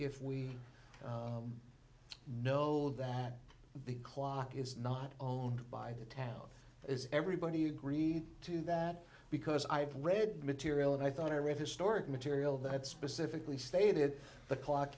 if we know that the clock is not owned by the town is everybody agreed to that because i've read material and i thought i read historic material that specifically stated the clock